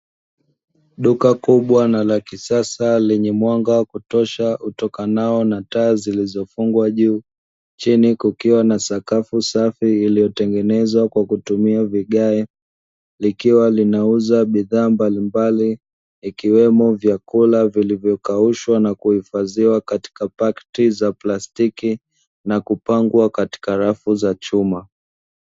Duka kubwa na la kisasa lenye mwanga wa kutosha utakanao na taa zilizofungwa juu, chini kukiwa na sakafu safi, iliyotengenezwa kwa kutumia vigae, likiwa linauza bidhaa mbalimbali, ikiwemo vyakula vilivyokaushwa na kuhifadhiwa katika pakiti za plastiki na kupangwa katiaka rafu za chuma.